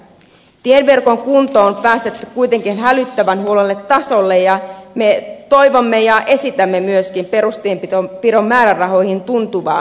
tieverkon kunto on päästetty kuitenkin hälyttävän huonolle tasolle ja me toivomme ja esitämme myöskin perustienpidon määrärahoihin tuntuvaa korotusta